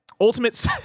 Ultimate